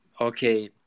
okay